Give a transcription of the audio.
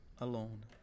alone